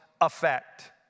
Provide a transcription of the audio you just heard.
effect